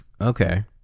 Okay